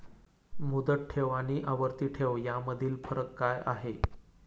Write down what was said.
मुदत ठेव आणि आवर्ती ठेव यामधील फरक काय आहे?